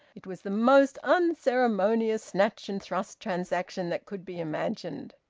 it was the most unceremonious snatch-and-thrust transaction that could be imagined.